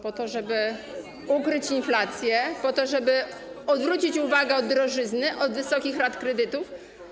Po to, żeby ukryć inflację, po to, żeby odwrócić uwagę od drożyzny, od wysokich rat kredytów?